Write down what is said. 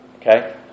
Okay